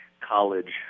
college